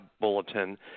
bulletin